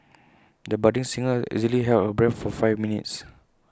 the budding singer easily held her breath for five minutes